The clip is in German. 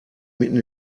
mitten